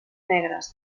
negres